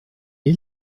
est